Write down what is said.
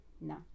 No